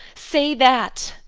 say that!